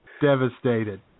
devastated